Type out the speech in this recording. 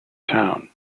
town